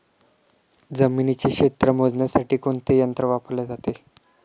जमिनीचे क्षेत्र मोजण्यासाठी कोणते यंत्र वापरले जाते?